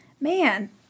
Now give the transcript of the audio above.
Man